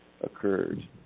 occurred